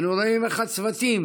אנו רואים איך הצוותים,